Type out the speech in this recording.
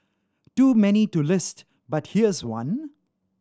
too many too list but here's one